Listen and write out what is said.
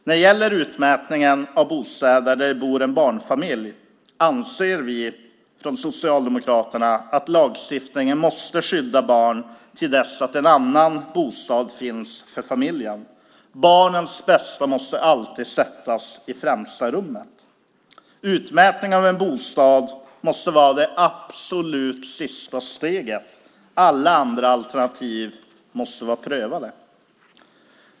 När det gäller utmätning av bostäder där det bor en barnfamilj anser vi socialdemokrater att lagstiftningen måste skydda barnen till dess att en annan bostad finns för familjen. Barnens bästa måste alltid komma i främsta rummet. Utmätning av en bostad måste vara det absolut sista steget. Alla andra alternativ måste ha prövats.